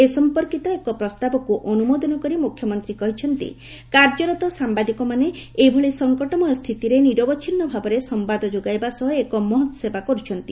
ଏ ସମ୍ମର୍କିତ ଏକ ପ୍ରସ୍ତାବକୁ ଅନୁମୋଦନ କରି ମୁଖ୍ୟମନ୍ତୀ କହିଛନ୍ତି କାର୍ଯ୍ୟରତ ସାମ୍ଘାଦିକମାନେ ଏଭଳି ସଙ୍କଟମୟ ସ୍ଷୁତିରେ ନିରବଛିନୁ ଭାବରେ ସମ୍ଘାଦ ଯୋଗାଇବା ସହ ଏକ ମହତ୍ ସେବା କରୁଛନ୍ତି